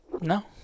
No